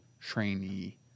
trainee